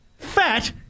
Fat